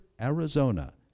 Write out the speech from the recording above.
Arizona